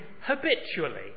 habitually